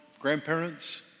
grandparents